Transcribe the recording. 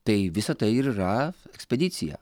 tai visa tai ir yra ekspedicija